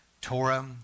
Torah